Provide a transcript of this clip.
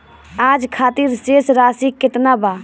आज खातिर शेष राशि केतना बा?